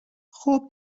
خوب